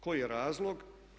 Koji je razlog?